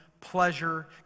pleasure